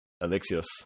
alexius